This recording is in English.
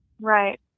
Right